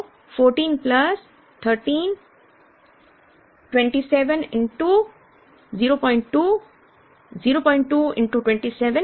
तो 14 प्लस 13 27 02 02 27